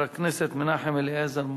חבר הכנסת מנחם אליעזר מוזס,